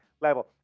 level